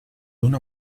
una